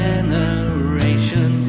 Generation